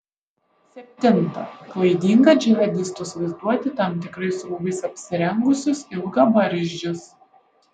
septinta klaidinga džihadistus vaizduoti tam tikrais rūbais apsirengusius ilgabarzdžius